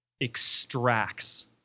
extracts